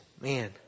man